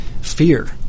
fear